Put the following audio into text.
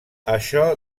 això